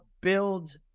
build